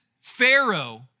Pharaoh